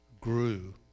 grew